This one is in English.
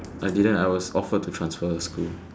I didn't I was offered to transfer school